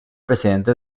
presidente